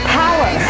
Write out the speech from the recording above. power